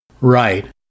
Right